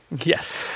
Yes